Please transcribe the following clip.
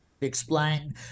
explain